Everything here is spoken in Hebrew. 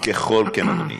כן, אדוני.